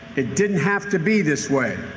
it didn't have to be this way.